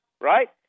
right